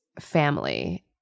family